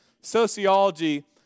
sociology